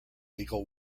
legal